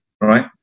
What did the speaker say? right